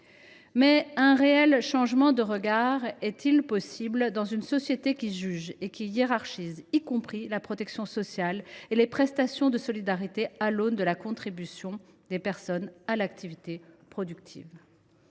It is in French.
véritable changement de regard est il toutefois possible dans une société qui juge et hiérarchise, y compris la protection sociale et les prestations de solidarité, à l’aune de la contribution des personnes à l’activité productive ?